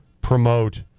promote